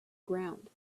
ground